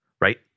right